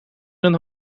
een